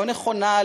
לא נכונה,